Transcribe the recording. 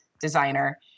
designer